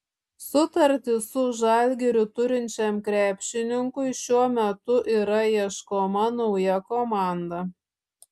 sutartį su žalgiriu turinčiam krepšininkui šiuo metu yra ieškoma nauja komanda